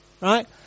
right